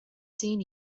seen